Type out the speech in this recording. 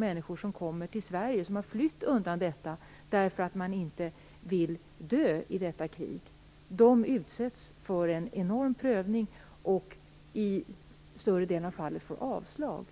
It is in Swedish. Människor kommer till Sverige för att de har flytt undan detta och för att de inte vill dö i detta krig. Ändå utsätts de för en enorm prövning, och i större delen av fallen får de avslag.